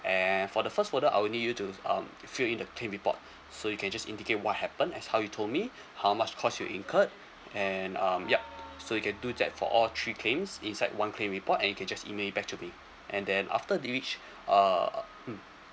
and for the first folder I'll need you to um fill in the claim report so you can just indicate what happened as how you told me how much cost you incurred and um yup so you can do that for all three claims inside one claim report and you can just email it back to me and then after this uh mm